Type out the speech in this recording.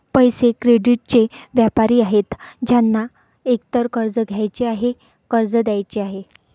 पैसे, क्रेडिटचे व्यापारी आहेत ज्यांना एकतर कर्ज घ्यायचे आहे, कर्ज द्यायचे आहे